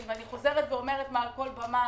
אני חוזרת ואומרת מעל כל במה